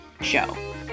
show